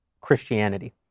Christianity